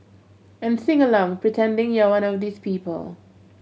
and sing along pretending you're one of these people